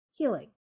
healing